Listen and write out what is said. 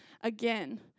again